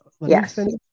Yes